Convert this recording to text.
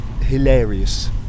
hilarious